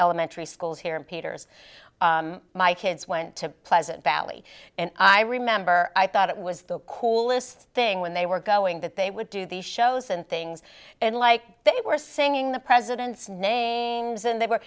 elementary schools here in peter's my kids went to pleasant valley and i remember i thought it was the coolest thing when they were going that they would do these shows and things and like they were singing the president's name and they were